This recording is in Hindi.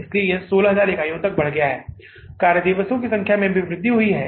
इसलिए यह 16000 इकाइयों तक बढ़ रहा है कार्य दिवसों की संख्या में भी वृद्धि हुई है